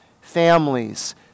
families